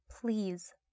Please